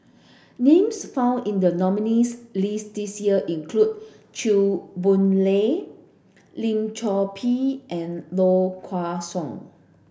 names found in the nominees' list this year include Chew Boon Lay Lim Chor Pee and Low Kway Song